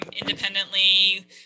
independently